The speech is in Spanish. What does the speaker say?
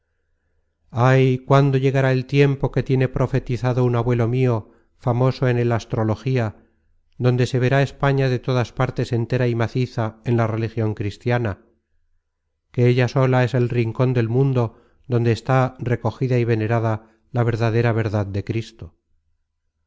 ay cuándo llegará el tiempo que tiene profetizado un abuelo mio famoso en el astrología donde se verá españa de todas partes entera y maciza en la religion cristiana que ella sola es el rincon del mundo donde está recogida y venerada la verdadera verdad de cristo